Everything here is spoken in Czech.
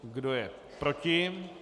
Kdo je proti?